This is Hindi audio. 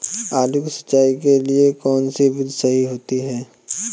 आलू की सिंचाई के लिए कौन सी विधि सही होती है?